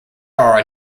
are